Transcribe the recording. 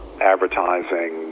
advertising